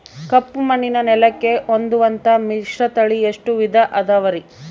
ಕಪ್ಪುಮಣ್ಣಿನ ನೆಲಕ್ಕೆ ಹೊಂದುವಂಥ ಮಿಶ್ರತಳಿ ಎಷ್ಟು ವಿಧ ಅದವರಿ?